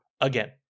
again